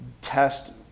test